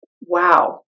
wow